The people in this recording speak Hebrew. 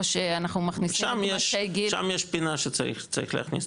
או שאנחנו מכניסים --- שם יש פינה שצריך להכניס,